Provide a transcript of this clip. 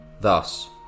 Thus